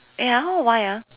eh ya why ah